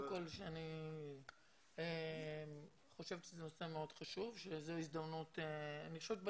אני חושבת שזה נושא מאוד חשוב וזו הזדמנות אמיתית.